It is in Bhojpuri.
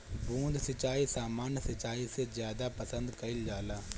बूंद सिंचाई सामान्य सिंचाई से ज्यादा पसंद कईल जाला